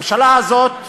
הממשלה הזאת